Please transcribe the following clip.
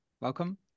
Welcome